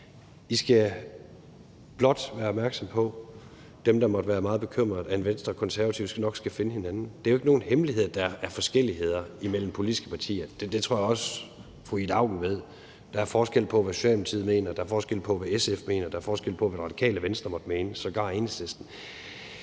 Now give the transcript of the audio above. skal blot være opmærksomme på, at Venstre og Konservative nok skal finde hinanden. Det er jo ikke nogen hemmelighed, at der er forskelligheder imellem politiske partier. Det tror jeg også fru Ida Auken ved. Der er forskel på, hvad Socialdemokratiet mener, der er forskel på, hvad SF mener, der er forskel på, hvad Radikale Venstre måtte mene og sågar Enhedslisten.